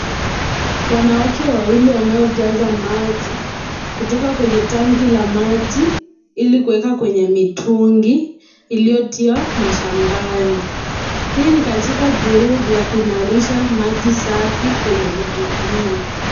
Wanawake wawili waaojchota maji kutoka kwenye tanki la maji ili kuweka kwenye mitungi iliyotiwa mashambani. Hii ni katika juhudi ya kuimarisha maji safi kwenye vijijini.